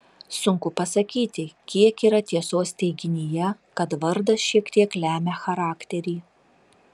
sunku pasakyti kiek yra tiesos teiginyje kad vardas šiek tiek lemia charakterį